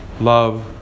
love